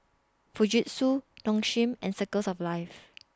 Fujitsu Nong Shim and Circles of Life